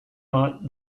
not